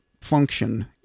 function